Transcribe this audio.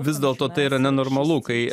vis dėlto tai yra nenormalu kai